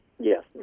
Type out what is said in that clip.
Yes